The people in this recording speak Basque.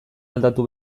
aldatu